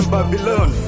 Babylon